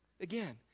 again